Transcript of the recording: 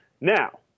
Now